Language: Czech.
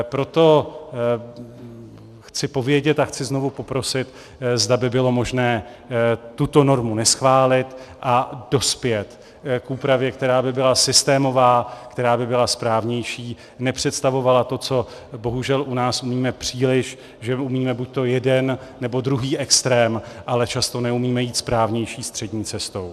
Proto chci povědět a chci znovu poprosit, zda by bylo možné tuto normu neschválit a dospět k úpravě, která by byla systémová, která by byla správnější, nepředstavovala to, co bohužel u nás umíme příliš, že umíme buďto jeden, nebo druhý extrém, ale často neumíme jít správnější střední cestou.